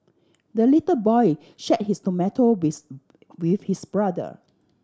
the little boy share his tomato with with his brother